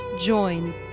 join